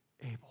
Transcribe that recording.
able